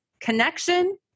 connection